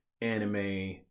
anime